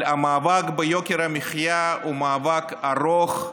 אבל המאבק ביוקר המחיה הוא מאבק ארוך,